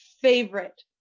favorite